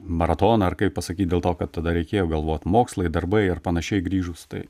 maratoną ar kaip pasakyt dėl to kad tada reikėjo galvot mokslai darbai ar panašiai grįžus tai